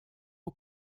aux